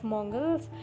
Mongols